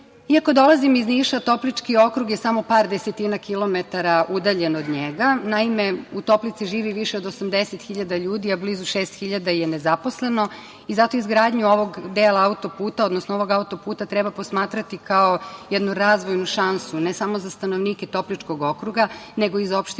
dolazim iz Niša, Toplički okrug je samo par desetina kilometara udaljen od njega. Naime, u Toplici živi više od 80 hiljada ljudi, a blizu šest hiljada je nezaposleno i zato izgradnju ovog dela autoputa, odnosno ovog autoputa treba posmatrati kao jednu razvojnu šansu ne samo za stanovnike Topličkog okruga, nego i za opštinu